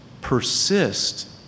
persist